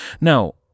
Now